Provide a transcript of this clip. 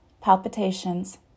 palpitations